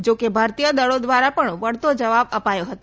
જો કે ભારતીય દળો ધ્વારા પણ વળતો જવાબ અપાયો હતો